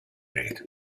grade